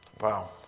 Wow